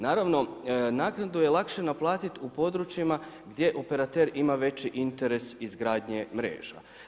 Naravno, naknadu je lakše naplatiti u područjima gdje operater ima veći interes izgradnje mreža.